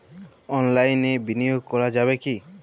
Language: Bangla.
অনলাইনে বিনিয়োগ করা যাবে কি?